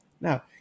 Now